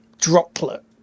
droplet